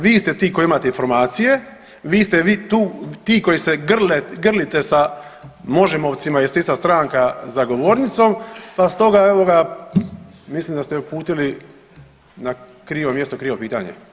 Vi ste ti koji imate informacije, vi ste tu ti koji se grlite sa MOŽEMO-vcima jer ste ista stranka za govornicom, pa stoga evo mislim da ste uputili na krivo mjesto, krivo pitanje.